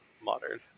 modern